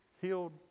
healed